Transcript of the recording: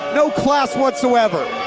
no class whatsoever!